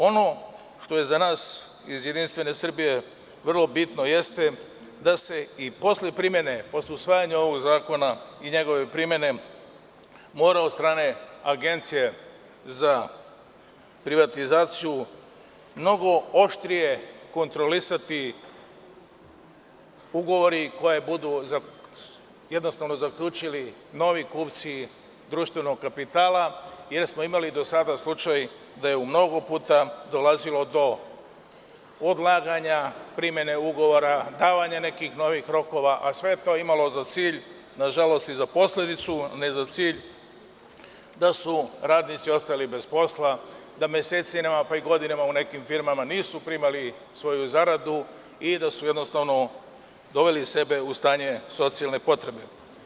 Ono što je za nas iz JS vrlo bitno jeste da se i posle primene i usvajanja ovog zakona mora od strane Agencije za privatizaciju mnogo oštrije kontrolisati ugovori koji se budu zaključili sa novim kupcima društvenog kapitala, jer smo imali do sada slučaj da je mnogo puta dolazilo do odlaganja primene ugovora, davanja nekih novih rokova, a sve je to imalo za cilj, nažalost i za posledicu, da su radnici ostajali bez posla, da mesecima, pa i godinama u nekim firmama nisu primali svoju zaradu i da su jednostavno doveli sebe u stanje socijalne potrebe.